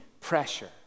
Pressure